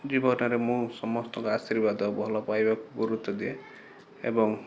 ଜୀବନରେ ମୁଁ ସମସ୍ତଙ୍କ ଆଶୀର୍ବାଦ ଓ ଭଲପାଇବାକୁ ଗୁରୁତ୍ୱ ଦିଏ ଏବଂ